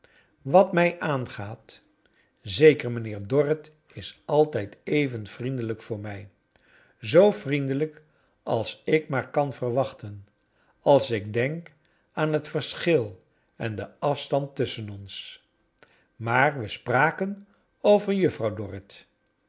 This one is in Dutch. wat mij aangaat zeker mijnheer dorrit is altijd even vriendelijk voor mij zoo vriendelijk als ik maar kan verwachten als ik denk aan het verschil en den af stand tusschen ons maar we spraken over juffrouw dorrit